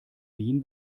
wien